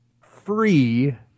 free